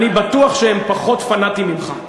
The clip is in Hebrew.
אני בטוח שהם פחות פנאטים ממך,